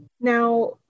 Now